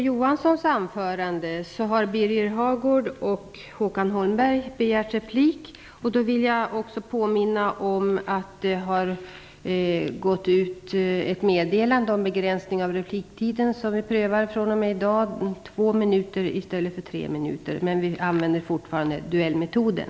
Jag vill påminna om att det har gått ut ett meddelande om begränsning av repliktiden som vi prövar fr.o.m. i dag: två minuter i stället för tre minuter. Vi använder fortfarande duellmetoden.